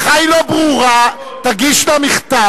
אה, לך היא לא ברורה, תגיש לה מכתב.